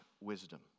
wisdom